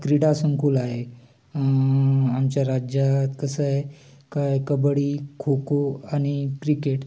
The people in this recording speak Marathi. क्रीडा संकुल आहे आमच्या राज्यात कसं आहे काय कबड्डी खो खो आणि क्रिकेट